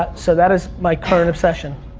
but so that is my current obsession.